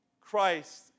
Christ